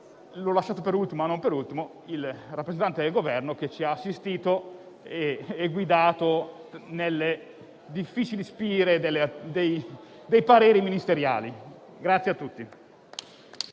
ovviamente, per ultimo, ma non ultimo, il rappresentante del Governo, che ci ha assistito e guidato nelle difficili spire dei pareri ministeriali.